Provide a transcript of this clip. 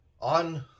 on